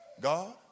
God